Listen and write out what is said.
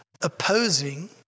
opposing